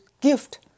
gift